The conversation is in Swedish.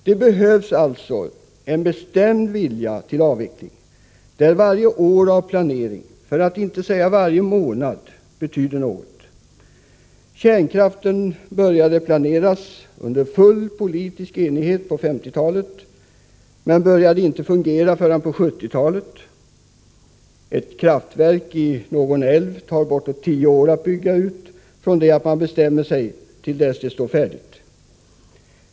Det behövs alltså en bestämd vilja till avveckling, där varje år av planering, för att inte säga varje månad, betyder något. Kärnkraften började planeras under full politisk enighet på 1950-talet, men den började inte fungera förrän på 1970-talet. Ett kraftverk i någon älv tar bortåt tio år att bygga ut från det att man bestämmer sig till dess det står färdigt.